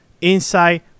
inside